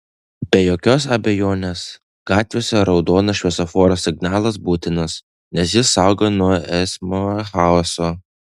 be jokios abejonės gatvėse raudonas šviesoforo signalas būtinas nes jis saugo nuo eismo chaoso